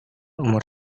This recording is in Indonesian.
umur